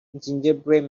gingerbread